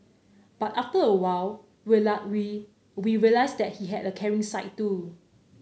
but after a while we we realised that he had a caring side too